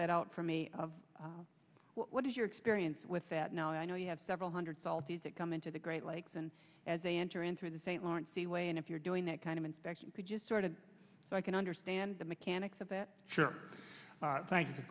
that out for me of what is your experience with that now i know you have several hundred salty that come into the great lakes and as they enter in through the st lawrence seaway and if you're doing that kind of inspection could just sort of so i can understand the mechanics of it sure